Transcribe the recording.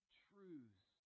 truths